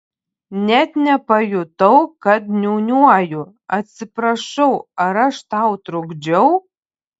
net nepajutau kad niūniuoju atsiprašau ar aš tau trukdžiau